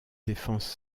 défense